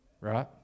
Right